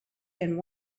and